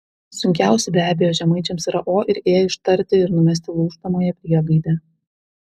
sunkiausi be abejo žemaičiams yra o ir ė ištarti ir numesti lūžtamąją priegaidę